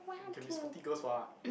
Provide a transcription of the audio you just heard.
you can be sporty girls what